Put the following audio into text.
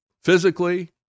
physically